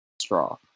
straw